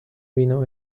vino